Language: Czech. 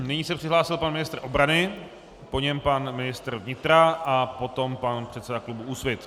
Nyní se přihlásil pan ministr obrany, po něm pan ministr vnitra a poté pan předseda klubu Úsvit.